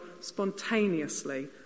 spontaneously